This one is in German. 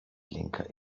lenker